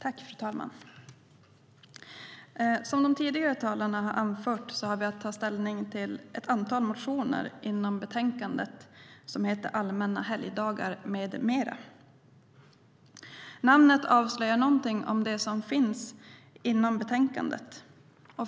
Fru talman! Som de tidigare talarna har anfört har vi att ta ställning till ett antal motioner inom betänkandet som heter Allmänna helgdagar m.m. . Namnet avslöjar någonting om det som ryms inom betänkandet.